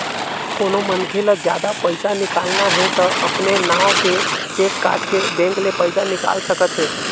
कोनो मनखे ल जादा पइसा निकालना हे त अपने नांव के चेक काटके बेंक ले पइसा निकाल सकत हे